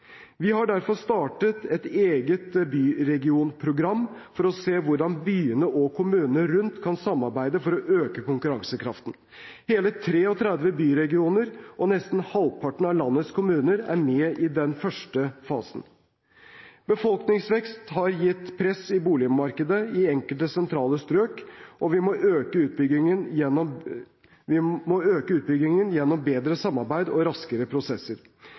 Vi har derfor startet et eget byregionprogram for å se hvordan byene og kommunene rundt kan samarbeide for å øke konkurransekraften. Hele 33 byregioner, og nesten halvparten av landets kommuner, er med i den første fasen. Befolkningsvekst har gitt press i boligmarkedet i enkelte sentrale strøk, og vi må øke utbyggingen gjennom bedre samarbeid og raskere prosesser. Vi skal forenkle de tekniske byggeforskriftene i samarbeid